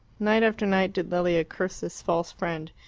night after night did lilia curse this false friend,